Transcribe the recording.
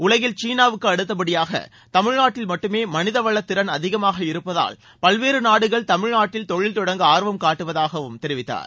உலகில் சீனாவுக்கு அடுத்தபடியாக தமிழ்நாட்டில் மட்டுமே மனித வள திறன் அதிகமாக இருப்பதால் பல்வேறு நாடுகள் தமிழ்நாட்டில் தொழில் தொடங்க ஆர்வம் காட்டுவதாகவும் அவர் தெரிவித்தார்